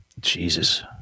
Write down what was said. Jesus